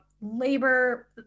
labor